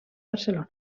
barcelona